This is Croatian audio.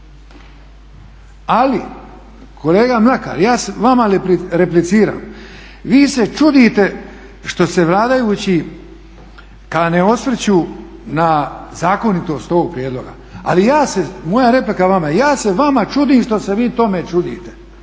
ali kolega Mlakar ja vama repliciram, vi se čudite što se vladajući kao ne osvrću na zakonitost ovog prijedloga. Moja replika vama, ja se vama čudim što se vi tome čudite,